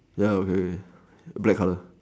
ya okay okay black colour